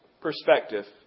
Perspective